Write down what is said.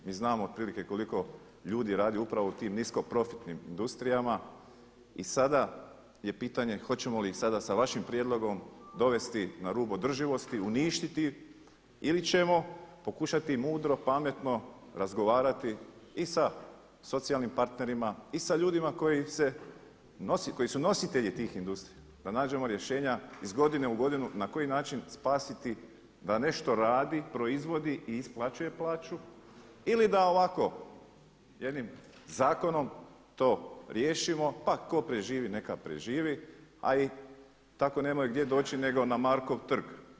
Mi znamo otprilike koliko ljudi radi u tim nisko profitnim industrijama i sada je pitanje hoćemo li sada sa vašim prijedlogom dovesti na rub održivosti, uništiti ili ćemo pokušati mudro, pametno razgovarati i sa socijalnim partnerima i sa ljudima koji su nositelji tih industrija, da nađemo rješenja iz godine u godinu na koji način spasiti da nešto radi, proizvodi i isplaćuje plaću ili da ovako jednim zakonom to riješimo pa tko preživi neka preživi a i tako nemaju gdje doći nego na Markov trg.